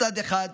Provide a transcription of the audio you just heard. מצד אחד,